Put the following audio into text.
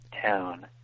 town